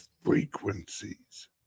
frequencies